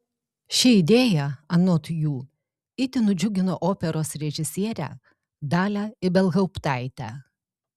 ši idėja anot jų itin nudžiugino operos režisierę dalią ibelhauptaitę